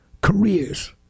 careers